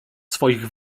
swoich